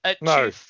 no